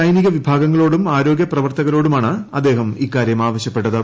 സൈനീക വിഭാഗങ്ങളോടും ആരോഗ്യ പ്രവർത്തകരോട്ടൂമാണ് അദ്ദേഹം ഇക്കാര്യം ആവശ്യപ്പെട്ടത്